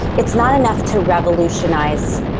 it's not enough to revolutionize